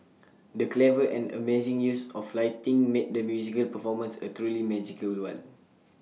the clever and amazing use of lighting made the musical performance A truly magical one